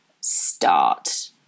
start